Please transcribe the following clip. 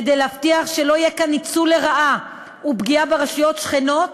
כדי להבטיח שלא יהיה כאן ניצול לרעה ופגיעה ברשויות שכנות